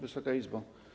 Wysoka Izbo!